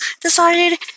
decided